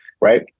right